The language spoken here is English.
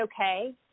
okay